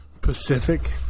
Pacific